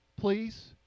please